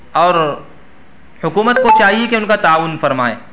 اور حکومت کو چاہیے کہ ان کا تعاون فرمائیں